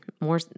more